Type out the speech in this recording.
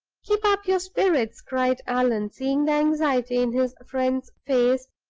keep up your spirits! cried allan, seeing the anxiety in his friend's face,